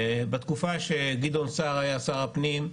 בתקופה שגדעון סער היה שר הפנים,